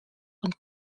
und